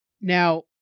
Now